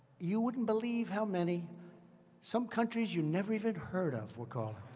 you wouldn't believe how many some countries you never even heard of were calling.